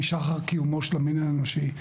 משחר קיומו של המין האנושי.